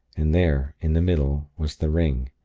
and there, in the middle, was the ring.